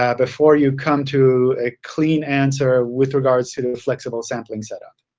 ah before you come to a clean answer with regards to to a flexible sampling setup.